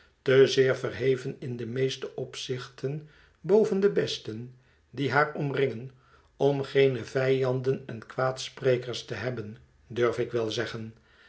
te zeer verheven in de meeste opzichten boven de besten die haar omringen om geene vijanden en kwaadsprekers te hebben durf ik wel zeggen